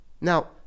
Now